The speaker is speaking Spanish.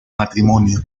matrimonio